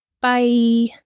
Bye